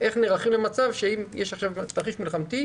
איך נערכים למצב שאם יש תרחיש מלחמתי